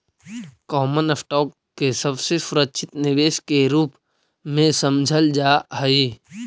common stock के सबसे सुरक्षित निवेश के रूप में समझल जा हई